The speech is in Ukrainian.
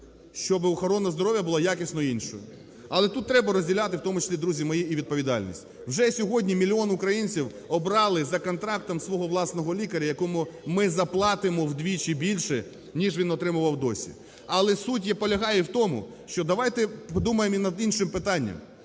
щоби охорона здоров'я була якісно іншою. Але тут треба розділяти, в тому числі, друзі мої, і відповідальність. Вже сьогодні мільйон українців обрали за контрактом свого власного лікаря, якому ми заплатимо вдвічі більше, ніж він отримував досі. Але суть полягає в тому, що давайте подумаємо і над іншим питанням: